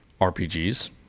RPGs